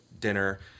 dinner